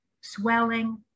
swelling